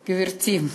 גברתי,